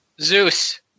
Zeus